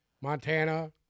Montana